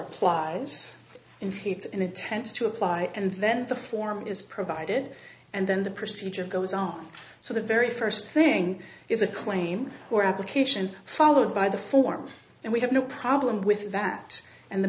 or plies inflates in attempts to apply and then the form is provided and then the procedure goes on so the very first thing is a claim or application followed by the form and we have no problem with that and the